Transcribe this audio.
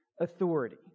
authority